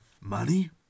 Money